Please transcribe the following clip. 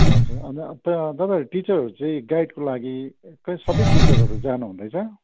हजुर अन्त त तपाईँहरू टिचरहरू चाहिँ गाइडको लागि सबै टिचरहरू जानु हुँदैछ